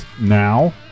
now